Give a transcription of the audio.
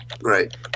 Right